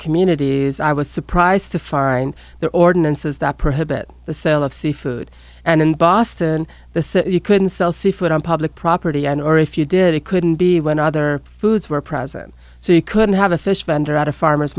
communities i was surprised to find their ordinances that prohibit the sale of seafood and in boston the city couldn't sell seafood on public property and or if you did it couldn't be when other foods were present so you couldn't have a fish vendor at a farmer